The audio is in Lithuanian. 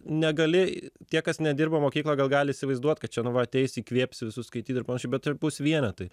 negali tie kas nedirba mokykloj gal gali įsivaizduot kad čia nu va ateis įkvėps visus skaityt ir panašiai bet tai bus vienetai